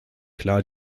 klar